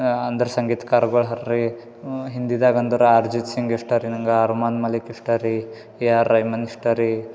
ಅಂದ್ರೆ ಸಂಗೀತಗಾರಗಳು ಅವ್ರು ರೀ ಹಿಂದಿದಾಗೆ ಅಂದ್ರೆ ಅರ್ಜಿತ್ ಸಿಂಗ್ ಇಷ್ಟ ರೀ ನನಗೆ ಅರ್ಮನ್ ಮಲ್ಲಿಕ್ ಇಷ್ಟ ರೀ ಎ ಆರ್ ರೆಹಮಾನ್ ಇಷ್ಟ ರೀ